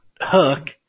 hook